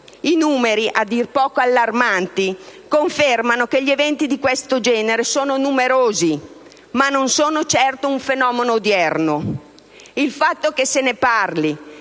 I numeri, a dir poco allarmanti, confermano che gli eventi di questo genere sono numerosi, ma non sono certo un fenomeno odierno. Il fatto che se ne parli,